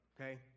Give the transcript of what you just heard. okay